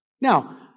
Now